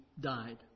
died